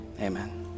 amen